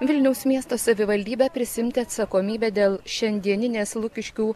vilniaus miesto savivaldybę prisiimti atsakomybę dėl šiandieninės lukiškių